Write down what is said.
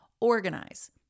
organize